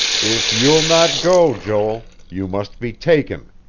if you'll not go, joel, you must be taken,